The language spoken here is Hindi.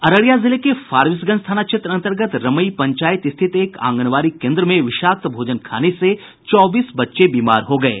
अररिया जिले के फारबिसगंज थाना क्षेत्र अंतर्गत रमई पंचायत स्थित एक आंगनबाड़ी केन्द्र में विषाक्त भोजन खाने से चौबीस बच्चे बीमार हो गये